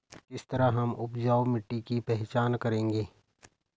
किस तरह हम उपजाऊ मिट्टी की पहचान करेंगे?